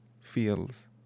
feels